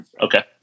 Okay